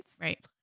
Right